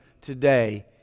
today